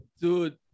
dude